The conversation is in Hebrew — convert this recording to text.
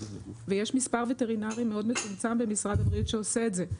יש מספר וטרינרים מאוד מצומצם במשרד הבריאות שעושה את זה.